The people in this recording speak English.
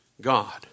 God